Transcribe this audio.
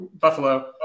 Buffalo